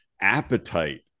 appetite